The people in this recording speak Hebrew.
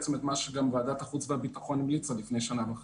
מה שגם ועדת החוץ והביטחון המליצה לפני שנה וחצי.